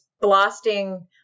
blasting